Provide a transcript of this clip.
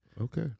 Okay